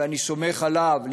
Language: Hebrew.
ואני סומך עליו,